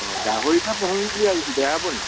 অ গাহৰি বেয়া হ'বনি